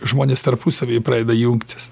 žmonės tarpusavy pradeda jungtis